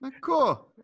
cool